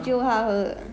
like 很多 you know